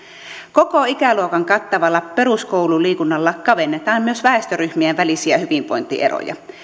koko ikäluokan kattavalla peruskoululiikunnalla kavennetaan myös väestöryhmien välisiä hyvinvointieroja